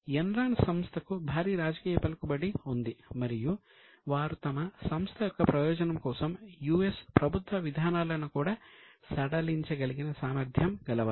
Enron ప్రభుత్వ విధానాలను కూడా సడలించగలిగిన సామర్థ్యం గలవారు